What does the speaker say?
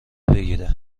بگیره